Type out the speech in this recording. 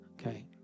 Okay